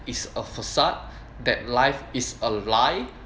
it's a facade that life is a lie